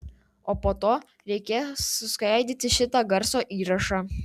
o po to reikės suskaidyti šitą garso įrašą